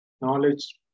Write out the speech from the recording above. knowledge